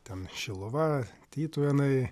ten šiluva tytuvėnai